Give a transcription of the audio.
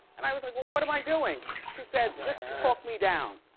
and i was like, well, what am i doing? she said, just talk me down.